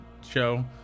show